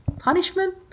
punishment